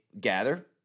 gather